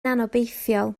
anobeithiol